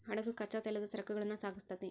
ಹಡಗು ಕಚ್ಚಾ ತೈಲದ ಸರಕುಗಳನ್ನ ಸಾಗಿಸ್ತೆತಿ